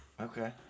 Okay